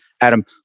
Adam